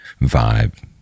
vibe